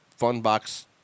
Funbox